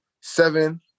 Seven